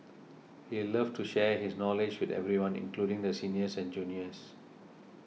he loved to share his knowledge with everyone including the seniors and juniors